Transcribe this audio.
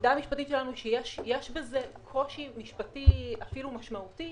העמדה המשפטית שלנו היא שיש בזה קושי משפטי אפילו משמעותי